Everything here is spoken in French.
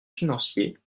financier